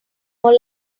more